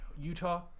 Utah